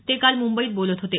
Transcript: ते काल मुंबईत बोलत होते